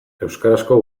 euskarazko